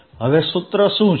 હવે સૂત્ર શું છે